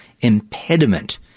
impediment